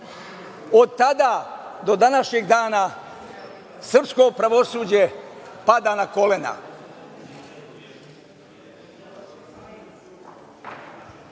od tada do današnjeg dana srpsko pravosuđe pada na kolena. Problem